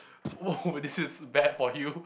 oh this is bad for you